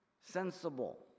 sensible